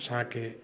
असांखे